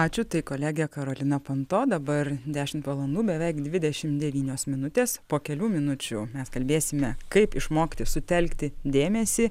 ačiū tai kolegė karolina panto dabar dešimt valandų beveik dvidešim devynios minutės po kelių minučių mes kalbėsime kaip išmokti sutelkti dėmesį